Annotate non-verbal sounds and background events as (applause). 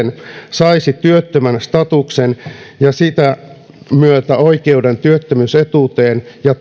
saisi työttömän statuksen ja sitä myötä oikeuden työttömyysetuuteen ja (unintelligible)